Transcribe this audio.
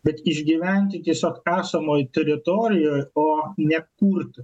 bet išgyventi tiesiog tąsomoj teritorijoj o ne kurti